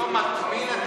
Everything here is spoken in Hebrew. לא מטמין,